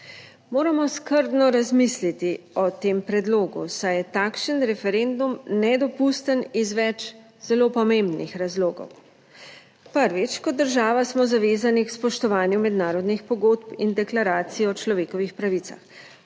Moramo skrbno razmisliti o tem predlogu, saj je takšen referendum nedopusten iz več zelo pomembnih razlogov. Prvič, kot država smo zavezani k spoštovanju mednarodnih pogodb in deklaracije o človekovih pravicah.